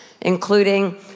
including